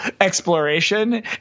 exploration